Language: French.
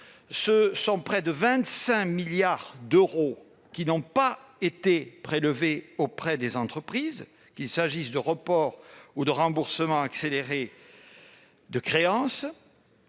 ce sont près de 25 milliards d'euros qui n'ont pas été prélevés auprès des entreprises, qu'il s'agisse de reports ou de remboursements accélérés de créances,